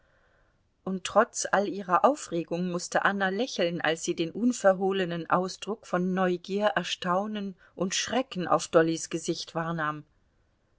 und trotz all ihrer aufregung mußte anna lächeln als sie den unverhohlenen ausdruck von neugier erstaunen und schrecken auf dollys gesicht